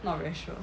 not very sure